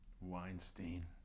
Weinstein